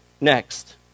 next